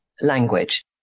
language